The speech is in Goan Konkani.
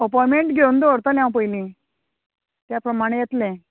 अपोयमेंट घेवन दवरतलें हांव पयलीं त्या प्रमाणें येतलें